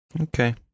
Okay